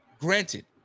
granted